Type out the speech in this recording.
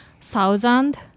thousand